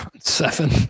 Seven